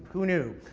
who knew?